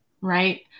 right